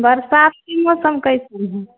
बरसातके मौसम कइसन हइ